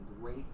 great